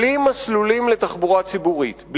בלי מסלולים לתחבורה ציבורית,